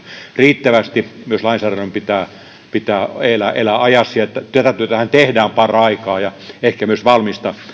riittävästi myös lainsäädännön pitää elää elää ajassa ja tätä työtähän tehdään paraikaa ja ehkä myös valmista